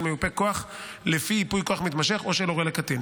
של מיופה כוח לפי ייפוי כוח מתמשך או של הורה לקטין.